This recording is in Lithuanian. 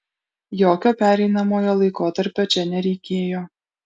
jokio pereinamojo laikotarpio čia nereikėjo